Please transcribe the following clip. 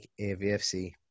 AVFC